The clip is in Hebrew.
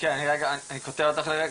אותך לרגע,